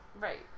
Right